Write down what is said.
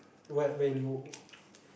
what will you